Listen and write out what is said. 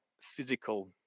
physical